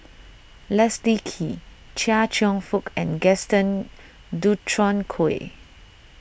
Leslie Kee Chia Cheong Fook and Gaston Dutronquoy